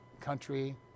country